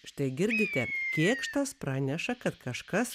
štai girdite kėkštas praneša kad kažkas